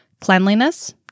cleanliness